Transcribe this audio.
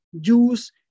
juice